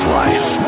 life